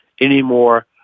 anymore